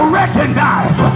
recognize